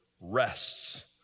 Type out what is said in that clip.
rests